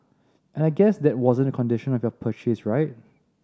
and I guess that wasn't the condition of your purchase right